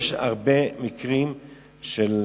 יש הרבה מקרים של,